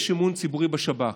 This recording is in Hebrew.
יש אמון ציבורי בשב"כ.